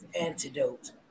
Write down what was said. antidote